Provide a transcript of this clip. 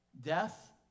death